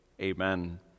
Amen